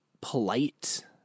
polite